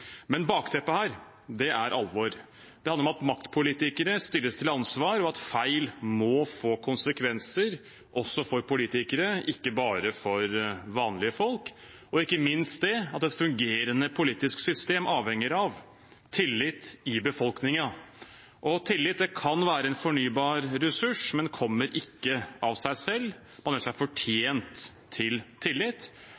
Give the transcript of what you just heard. Men bakteppet her er alvor. Det handler om at maktpolitikere stilles til ansvar, og at feil må få konsekvenser, også for politikere, ikke bare for vanlige folk, og ikke minst at et fungerende politisk system avhenger av tillit i befolkningen. Tillit kan være en fornybar ressurs, men kommer ikke av seg selv, man gjør seg